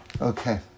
Okay